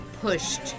pushed